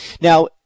Now